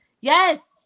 Yes